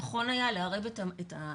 אני גם חושבת שנכון היה לערב את אנשי